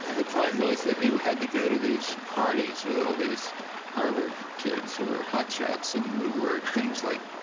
the point was that he had to go to these parties with all these harvard kids who were hot shots and new word, things like,